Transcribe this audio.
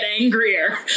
angrier